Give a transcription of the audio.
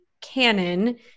Canon